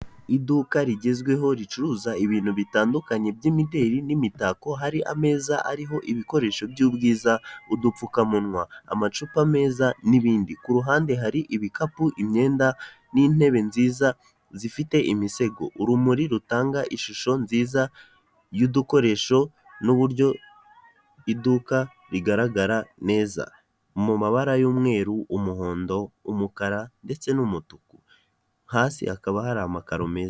Iduka rigezweho ricuruza ibintu bitandukanye by'imideri n'imitako, hari ameza ariho ibikoresho by'ubwiza udupfukamunwa, amacupa meza n'ibindi. Ku ruhande hari ibikapu, imyenda, n'intebe nziza zifite imisego. Urumuri rutanga ishusho nziza n'udukoresho n'uburyo iduka rigaragara neza mu mabara y'umweru, umuhondo, umukara, ndetse n'umutuku. Hasi hakaba hari amakaro meza.